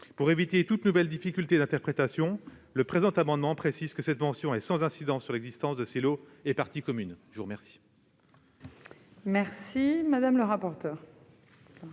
Pour éviter toute nouvelle difficulté d'interprétation, le présent amendement vise à préciser que cette mention est sans incidence sur l'existence de ces lots et parties communes. Quel